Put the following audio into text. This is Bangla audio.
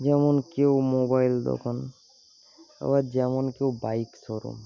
যেমন কেউ মোবাইল দোকান আবার যেমন কেউ বাইক শোরুম